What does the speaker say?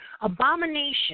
Abomination